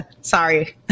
Sorry